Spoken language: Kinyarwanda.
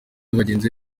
bagenzi